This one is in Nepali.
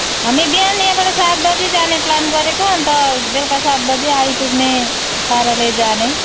हामी बिहान यहाँबाट सात बजे जाने प्लान गरेको अनि त बेलुका सात बजे आइपुग्ने पाराले जाने